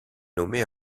nommée